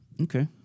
Okay